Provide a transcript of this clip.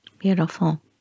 Beautiful